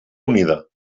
unida